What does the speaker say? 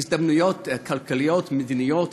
הזדמנויות כלכליות, מדיניות.